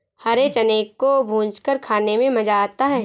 हरे चने को भूंजकर खाने में मज़ा आता है